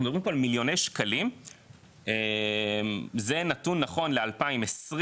אנחנו מדברים פה על מיליוני שקלים זה נתון נכון ל-2020,